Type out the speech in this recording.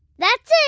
that's it.